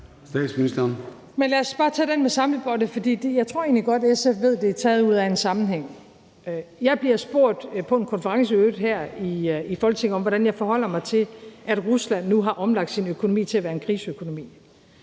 Lad os bare tage den med samlebåndet, for jeg tror egentlig godt, SF ved, at det er taget ud af en sammenhæng. Jeg bliver spurgt – i øvrigt på en konference her i Folketinget – om, hvordan jeg forholder mig til, at Rusland nu har omlagt sin økonomi til at være en krigsøkonomi.